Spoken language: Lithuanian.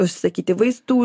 užsisakyti vaistų